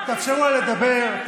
תאפשרו לה לדבר.